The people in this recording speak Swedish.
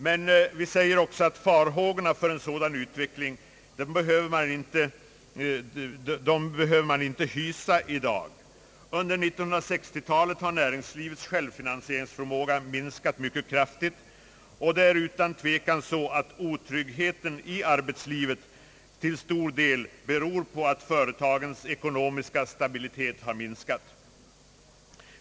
Men vi säger också att farhågor för en sådan utveckling behöver man inte hysa i dag. Under 1960-talet har näringslivets självfinansieringsförmåga minskat mycket kraftigt, och det är utan tvekan så, att otryggheten i arbetslivet till stor del beror på att företagens ekonomiska stabilitet har minskat.